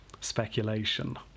speculation